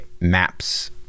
maps